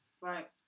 Right